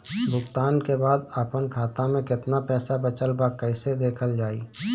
भुगतान के बाद आपन खाता में केतना पैसा बचल ब कइसे देखल जाइ?